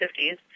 50s